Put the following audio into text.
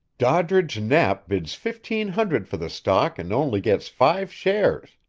doddridge knapp bids fifteen hundred for the stock and only gets five shares.